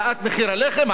העלאת מחיר החלב,